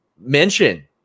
mention